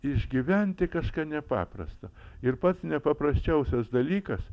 išgyventi kažką nepaprasta ir pats nepaprasčiausias dalykas